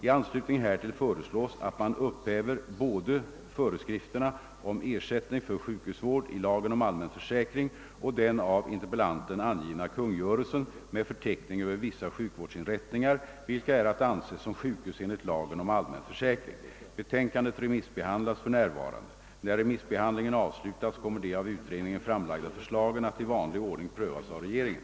I anslutning härtill föreslås, att man upphäver både föreskrifterna om ersättning för sjukhusvård i lagen om allmän försäkring och den av interpellanten angivna kungörelsen med förteckning över vissa sjukvårdsinrättningar, vilka är att anse som sjukhus enligt lagen om allmän försäkring. Betänkandet remissbehandlas för närvarande. När remissbehandlingen avslutats kommer de av utredningen framlagda förslagen att i vanlig ordning prövas av regeringen.